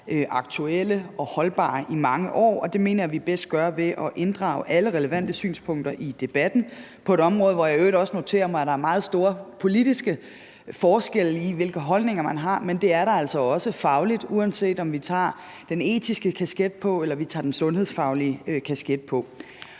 aktuelle og holdbare i mange år, og det mener jeg at vi bedst gør ved at inddrage alle relevante synspunkter i debatten på et område, hvor jeg i øvrigt også noterer mig, at der er meget store politiske forskelle i, hvilke holdninger man har, men det er der altså også fagligt, uanset om vi tager den etiske kasket på eller vi tager den sundhedsfaglige kasket på.